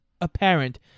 apparent